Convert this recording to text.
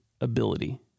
ability